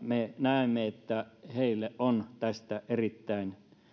me näemme että heille on tästä erittäin